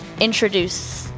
introduce